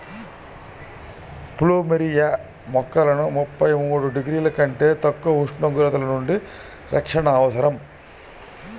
plumeria మొక్కలకు ముప్పై మూడు డిగ్రీల కంటే తక్కువ ఉష్ణోగ్రతల నుండి రక్షణ అవసరం